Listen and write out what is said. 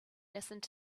listened